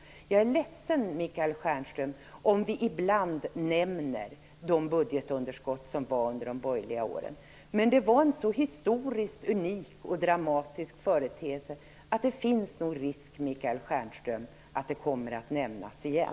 Jag är ledsen, Michael Stjernström, om vi ibland nämner de budgetunderskott som fanns under de borgerliga åren. Men det var en så historiskt unik och dramatisk företeelse att det finns risk för att det kommer att nämnas igen.